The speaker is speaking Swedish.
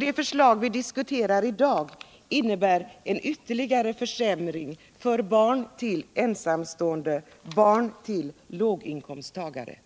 Det förslag vi diskuterar i dag innebär en ytterligare försämring för barn till ensamstående, barn till låginkomsttagare.